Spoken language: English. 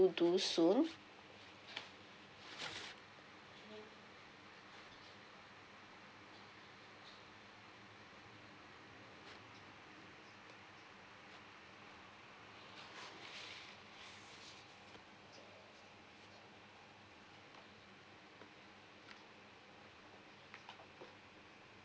to do soon